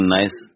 nice